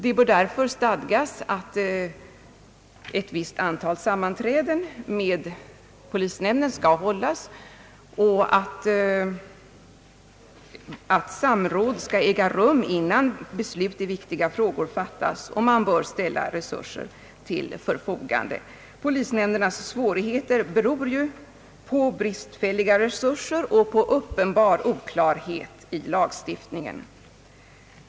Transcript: Det bör därför stadgas att ett visst antal sammanträden med polisnämnden skall hållas och att samråd skall äga rum innan beslut i viktiga frågor fattas, och man bör ställa resurser till förfogande. Polisnämndernas svårigheter beror ju på bristfälliga resurser och på uppenbar oklarhet i lagstiftningen.